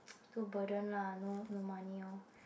too burden lah no no money orh